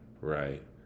right